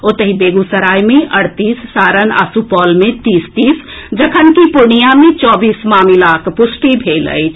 ओतहि बेगूसराय मे अड़तीस सारण आ सुपौल मे तीस तीस जखनकि पूर्णियां मे चौबीस मामिला पूष्टि भेल अछि